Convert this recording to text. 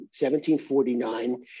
1749